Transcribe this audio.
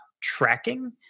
tracking